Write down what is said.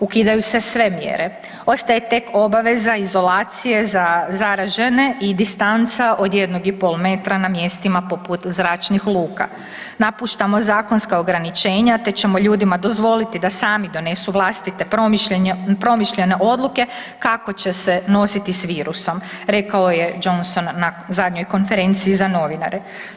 Ukidaju se sve mjere, ostaje tek obaveza izolacije za zaražene i distanca od 1,5 metra na mjestima poput zračnih luka. napuštamo zakonska ograničenja te ćemo ljudima dozvoliti da sami donesu vlastite promišljene odluke kako će se nositi s virusom, rekao je Johnson na zadnjoj konferenciji za novinare.